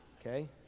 Okay